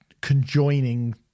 conjoining